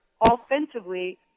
offensively